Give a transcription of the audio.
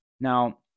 Now